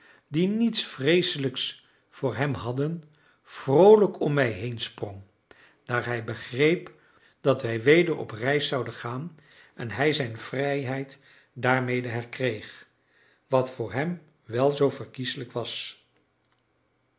die niets vreeselijks voor hem hadden vroolijk om mij heen sprong daar hij begreep dat wij weder op reis zouden gaan en hij zijn vrijheid daarmede herkreeg wat voor hem wel zoo verkieslijk was